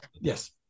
yes